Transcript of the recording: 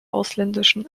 ausländischen